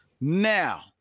Now